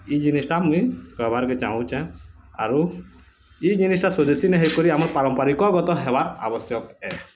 ଏଇ ଜିନିଷ୍ଟା ମୁଇଁ କର୍ବାର୍କେ ଚାହୁଁଛେଁ ଆରୁ ଇ ଜିନିଷ୍ଟା ସ୍ୱଦେଶୀ ନା ହୋଇକରି ଆମର ପାରମ୍ପରିକ ଗତ ଆବଶ୍ୟକ ହେ